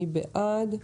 מי בעד?